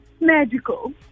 magical